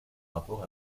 rapport